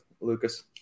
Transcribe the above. lucas